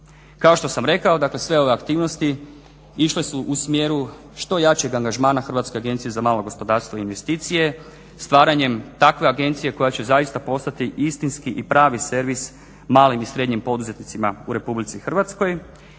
Kao što sam rekao, dakle sve ove aktivnosti išle su u smjeru što jačeg angažmana Hrvatske agencije za malo gospodarstvo i investicije stvaranjem takve agencije koja će zaista postati istinski i pravi servis malim i srednjim poduzetnicima u Republici Hrvatskoj.